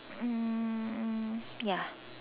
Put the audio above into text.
um ya